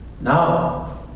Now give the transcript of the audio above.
Now